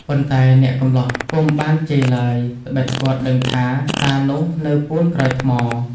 ប៉ុន្តែអ្នកកម្លោះពុំបានជេរឡើយ ត្បិតគាត់ដឹងថាតានោះនៅពួនក្រោយថ្ម។